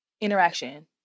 Interaction